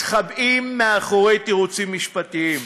מתחבאים מאחורי תירוצים משפטיים.